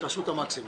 שתעשו את המקסימום.